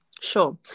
sure